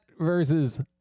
versus